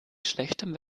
schlechtem